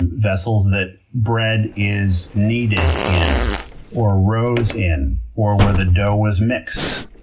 and vessels that bread is kneaded in or rose in, or where the dough was mixed.